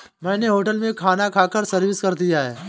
मैंने होटल में खाना खाकर सर्विस कर दिया है